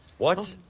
what?